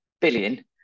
billion